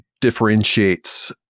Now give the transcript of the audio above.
differentiates